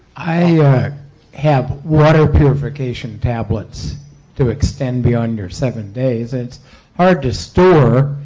i have water purification tablets to extend beyond your seven days. it's hard to store